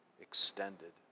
extended